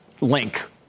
link